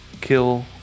kill